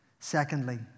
Secondly